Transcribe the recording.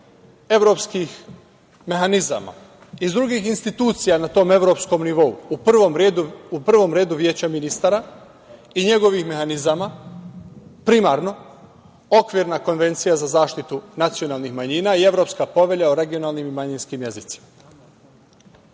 evropskih mehanizama, iz drugih institucija na tom evropskom nivou, u prvom redu Veća ministara i njegovih mehanizama, primarno, Okvirna konvencija za zaštitu nacionalnih manjina i Evropska povelja o regionalnim i manjinskim jezicima. Mi